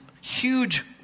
huge